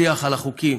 השיח על החוקים